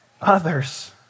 Others